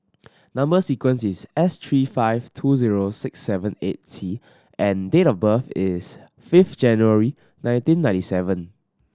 number sequence is S three five two zero six seven eight T and date of birth is fifth January nineteen ninety seven